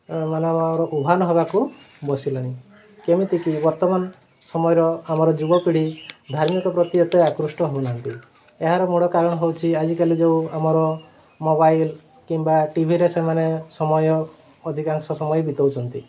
ମାନେ ଆମର ଉଭାନ୍ ହେବାକୁ ବସିଲେଣି କେମିତିକି ବର୍ତ୍ତମାନ ସମୟର ଆମର ଯୁବପିଢ଼ି ଧାର୍ମିକ ପ୍ରତି ଏତେ ଆକୃଷ୍ଟ ହେଉନାହାନ୍ତି ଏହାର ମୂଳ କାରଣ ହେଉଛି ଆଜିକାଲି ଯେଉଁ ଆମର ମୋବାଇଲ୍ କିମ୍ବା ଟିଭିରେ ସେମାନେ ସମୟ ଅଧିକାଂଶ ସମୟ ବିତାଉଛନ୍ତି